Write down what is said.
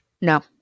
No